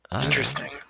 Interesting